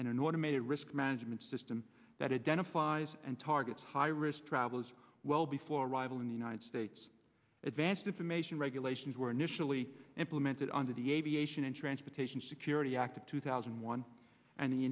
and an automated risk management system that identifies and targets high risk travelers well before arrival in the united states advanced information regulations were initially implemented under the aviation and transportation security act of two thousand and one and the